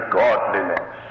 godliness